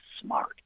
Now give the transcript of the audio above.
smart